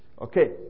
Okay